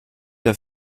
der